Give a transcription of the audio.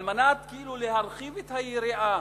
על מנת כאילו להרחיב את היריעה